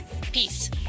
Peace